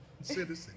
citizen